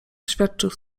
oświadczył